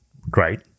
great